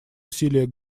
усилия